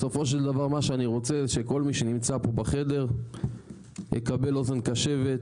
בסופו של דבר מה שאני רוצה זה שכל מי שנמצא פה בחדר יקבל אוזן קשבת,